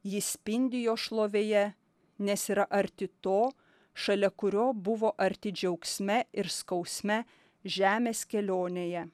ji spindi jo šlovėje nes yra arti to šalia kurio buvo arti džiaugsme ir skausme žemės kelionėje